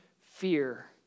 fear